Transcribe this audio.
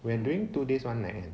we going two days one night ah